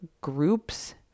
groups